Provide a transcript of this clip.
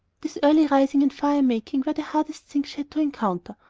this early rising and fire-making were the hardest things she had to encounter,